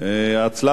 הצלב-האדום,